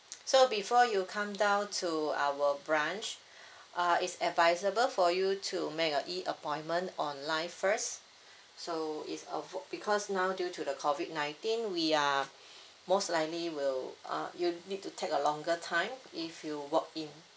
so before you come down to our branch uh is advisable for you to make a e appointment online first so is avoid because now due to the COVID nineteen we are most likely will uh it'll need to take a longer time if you walk in